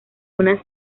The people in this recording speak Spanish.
una